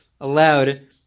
Allowed